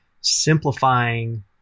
simplifying